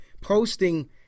posting